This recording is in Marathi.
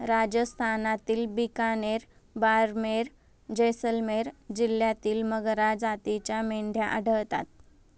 राजस्थानातील बिकानेर, बारमेर, जैसलमेर जिल्ह्यांत मगरा जातीच्या मेंढ्या आढळतात